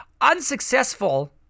unsuccessful